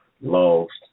lost